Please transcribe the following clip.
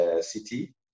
City